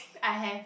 I have